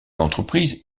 l’entreprise